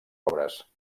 obres